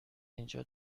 اینجا